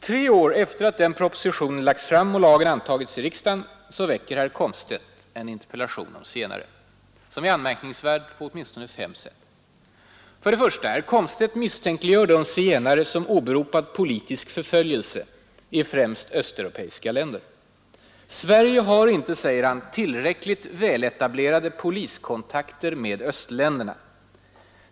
Tre år efter det att den lagts fram och lagen antagits i riksdagen framställer herr Komstedt en interpellation om zigenare. Den är anmärkningsvärd på åtminstone fem sätt: 1. Herr Komstedt misstänkliggör de zigenare som åberopat politisk förföljelse i främst östeuropeiska länder. Sverige har inte, säger han, ”tillräckligt väletablerade poliskontakter med östländerna.